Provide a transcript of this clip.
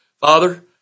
Father